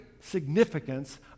significance